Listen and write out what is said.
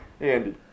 Andy